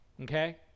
Okay